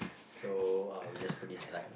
so uh we just put this aside